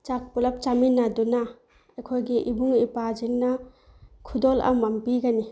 ꯆꯥꯛ ꯄꯨꯂꯞ ꯆꯥꯃꯤꯟꯅꯗꯨꯅ ꯑꯩꯈꯣꯏꯒꯤ ꯏꯕꯨꯡ ꯏꯎꯄ꯭ꯋꯥꯁꯤꯅ ꯈꯨꯗꯣꯜ ꯑꯃꯃꯝ ꯄꯤꯒꯅꯤ